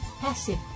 passive